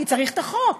כי צריך את החוק.